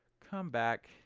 come back,